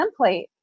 template